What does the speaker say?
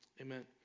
Amen